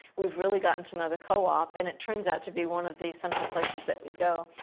we've really gotten to know the co-op. and it turns out to be one of the central places that we go.